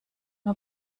nur